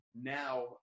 now